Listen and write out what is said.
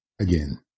Again